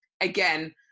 again